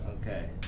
Okay